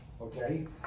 okay